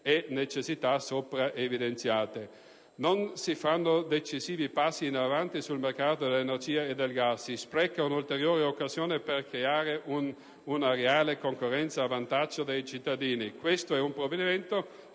e necessità sopra evidenziate. Non si fanno decisivi passi in avanti sul mercato dell'energia e del gas; si sprecano ulteriori occasioni per creare una reale concorrenza a vantaggio dei cittadini. Questo è un provvedimento